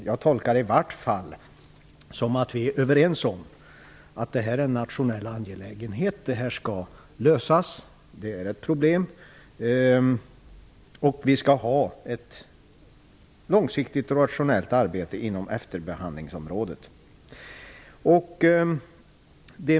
Jag tolkar i vart fall miljöministerns svar som att vi är överens om att det här är en nationell angelägenhet, att det är ett problem som skall lösas och att ett långsiktigt och rationellt arbete skall bedrivas inom efterbehandlingsområdet.